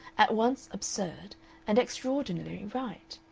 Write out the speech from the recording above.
at once absurd and extraordinarily right.